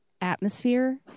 atmosphere